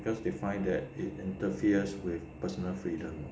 cause they find that it interferes with personal freedom